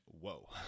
whoa